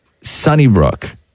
Sunnybrook